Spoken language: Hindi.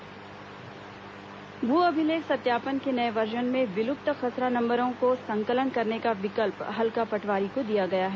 भू अभिलेख भू अभिलेख सत्यापन के नए वर्जन में विलुप्त खसरा नंबरों को संकलन करने का विकल्प हल्का पटवारी को दिया गया है